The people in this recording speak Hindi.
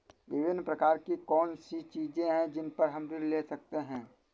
विभिन्न प्रकार की कौन सी चीजें हैं जिन पर हम ऋण ले सकते हैं?